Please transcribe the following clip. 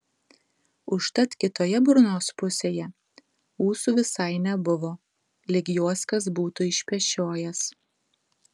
užtat kitoje burnos pusėje ūsų visai nebuvo lyg juos kas būtų išpešiojęs